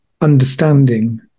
understanding